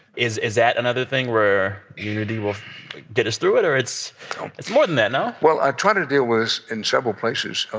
is is that another thing where unity will get us through it? or it's it's more than that, no? well, i try to deal with this in several places